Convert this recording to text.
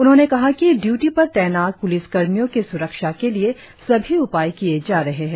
उन्होंने कहा कि ड्यूटि पर तैनात पुलिसकर्मियों की सुरक्षा के लिए सभी उपाय किये जा रहे है